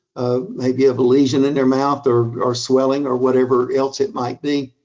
maybe of a lesion in their mouth or or swelling or whatever else it might be.